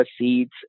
seeds